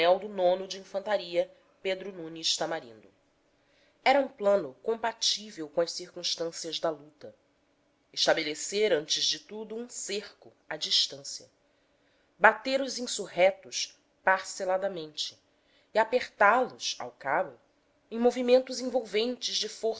o de infantaria pedro nunes tamarindo era um plano compatível com as circunstâncias da luta estabelecer antes de tudo um cerco a distância bater os insurrectos parceladamente e apertá los ao cabo em movimentos envolventes de